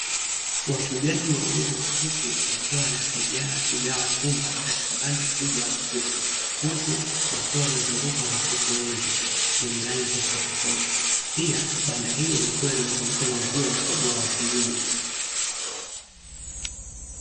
Wafugaji wawili wa kuku wakiwa wanasaidiana kugawa pumba katika banda kubwa la kuku, huku wakiwa wamezungukwa na kuku wengi wenye rangi tofauti tofauti, pia banda hilo likiwa limezungukwa na uzio mkubwa wa senyenge.